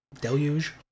deluge